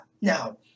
Now